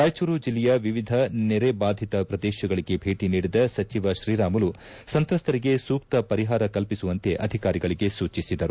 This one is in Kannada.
ರಾಯಚೂರು ಜಿಲ್ಲೆಯ ವಿವಿಧ ನೆರೆ ಬಾಧಿತ ಪ್ರದೇಶಗಳಿಗೆ ಭೇಟಿ ನೀಡಿದ ಸಚಿವ ಶ್ರೀರಾಮುಲು ಸಂತ್ರಸ್ತರಿಗೆ ಸೂಕ್ತ ಪರಿಹಾರ ಕಲ್ಪಿಸುವಂತೆ ಅಧಿಕಾರಿಗಳಿಗೆ ಸೂಚಿಸಿದರು